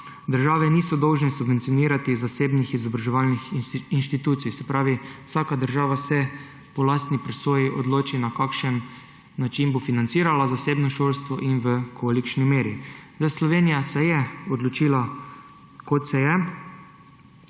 države niso dolžne subvencionirati zasebnih izobraževalnih institucij. Se pravi, vsaka država se po lastni presoji odloči, na kakšen način bo financirala zasebno šolstvo in v kolikšni meri. Slovenija se je odločila, kot se je,